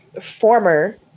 former